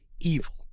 evil